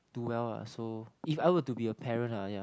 do well ah so if I were to be a parent ah ya